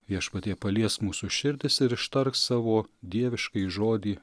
viešpatie paliesk mūsų širdis ir ištark savo dieviškąjį žodį